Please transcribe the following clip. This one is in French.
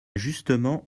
justement